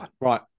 Right